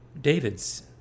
David's